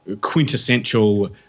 quintessential